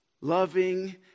loving